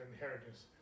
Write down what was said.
inheritance